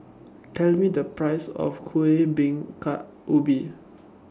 Tell Me The Price of Kueh Bingka Ubi